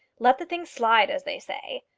let the thing slide, as they say.